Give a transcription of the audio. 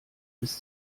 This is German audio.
bis